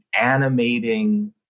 animating